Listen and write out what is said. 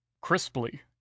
CRISPLY